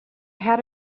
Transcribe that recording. had